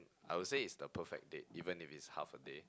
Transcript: I will say is the perfect date even if it's half a day